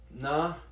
nah